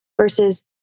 versus